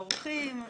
העורכים.